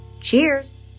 Cheers